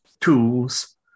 tools